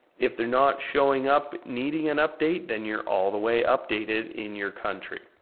if they're not showing up, needing an update then you're all the way updated in your country.